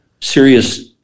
serious